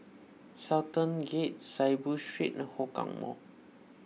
Sultan Gate Saiboo Street and Hougang Mall